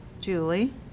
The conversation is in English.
julie